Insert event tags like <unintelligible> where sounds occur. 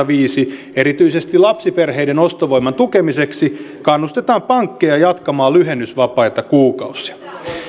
<unintelligible> viisi erityisesti lapsiperheiden ostovoiman tukemiseksi kannustetaan pankkeja jatkamaan lyhennysvapaita kuukausia